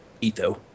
Ito